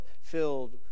filled